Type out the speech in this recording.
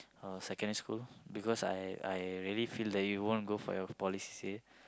uh secondary school because I I really feel that you won't go for your poly C_C_A